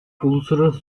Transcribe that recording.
uluslararası